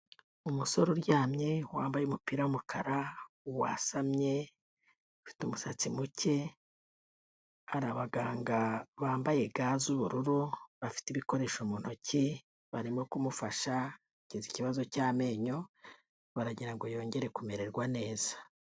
Umusore uryamye wambaye umupira w'umukara wasamye ufite umusatsi muke, hari abaganga bambaye ga z'ubururu bafite ibikoresho mu ntoki barimo kumufasha kumukiza ikibazo cy'amenyo baragira ngo yongere kumererwa neza.